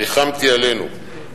ריחמתי עלינו.